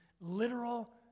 literal